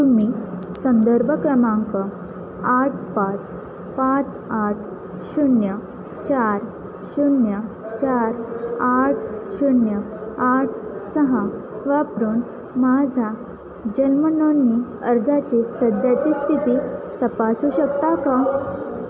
तुम्ही संदर्भ क्रमांक आठ पाच पाच आठ शून्य चार शून्य चार आठ शून्य आठ सहा वापरून माझा जन्मनोंदणी अर्जाची सध्याची स्थिती तपासू शकता का